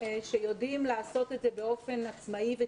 יצרנו את השינוי?